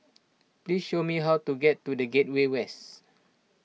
please show me how to get to the Gateway West